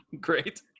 great